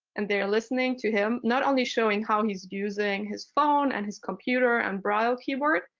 and they're listening to him, not only showing how he's using his phone and his computer and braille keyboard,